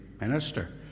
minister